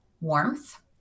warmth